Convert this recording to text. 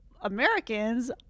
americans